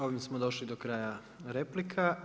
Ovime smo došli do kraja replika.